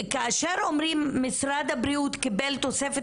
כאשר אומרים שמשרד הבריאות קיבל תוספת